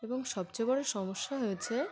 এবং সবচেয়ে বড় সমস্যা হয়েছে